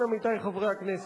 עמיתי חברי הכנסת,